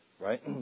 Right